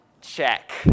Check